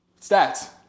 Stats